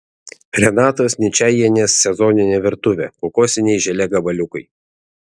renatos ničajienės sezoninė virtuvė kokosiniai želė gabaliukai